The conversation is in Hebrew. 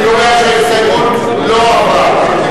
אני קובע שההסתייגות לא עברה.